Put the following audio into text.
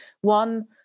One